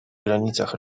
granicach